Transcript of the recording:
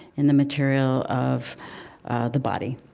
in the material of the body.